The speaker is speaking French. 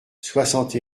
soixante